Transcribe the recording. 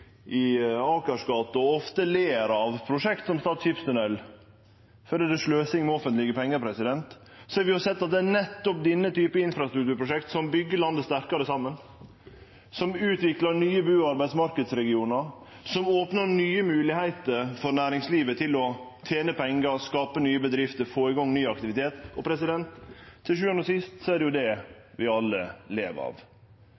ofte ler av prosjekt som Stad skipstunnel fordi det er sløsing med offentlege pengar, har vi sett at det er nettopp denne typen infrastrukturprosjekt som byggjer landet sterkare saman, som utviklar nye bu- og arbeidsmarknadsregionar, som opnar nye moglegheiter for næringslivet til å tene pengar, skape nye bedrifter og få i gang ny aktivitet. Til sjuande og sist er det jo det vi alle lever av.